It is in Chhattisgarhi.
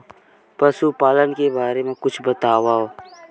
पशुपालन के बारे मा कुछु बतावव?